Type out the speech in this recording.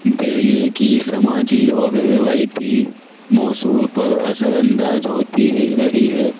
دلی کی سماجی اور روایتی موصول پر اثرانداز ہوتی ہی رہی ہے